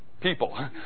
people